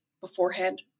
beforehand